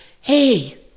hey